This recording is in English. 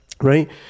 right